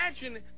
imagine